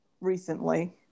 recently